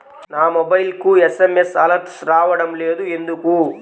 నా మొబైల్కు SMS alerts రావడం లేదు ఎందుకు?